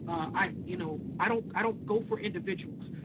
i you know i don't i don't go for individuals.